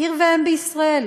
עיר ואם בישראל.